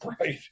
Right